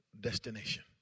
destination